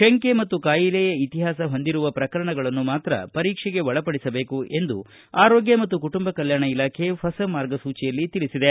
ಶಂಕೆ ಮತ್ತು ಕಾಯಿಲೆಯ ಇತಿಹಾಸ ಹೊಂದಿರುವ ಪ್ರಕರಣಗಳನ್ನು ಮಾತ್ರ ಪರೀಕ್ಷೆಗೆ ಒಳಪಡಿಸಬೇಕು ಎಂದು ಆರೋಗ್ಯ ಮತ್ತು ಕುಟುಂಬ ಕಲ್ವಾಣ ಇಲಾಖೆ ಹೊಸ ಮಾರ್ಗಸೂಚಿಯಲ್ಲಿ ತಿಳಿಸಿದೆ